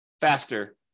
faster